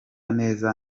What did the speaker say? neza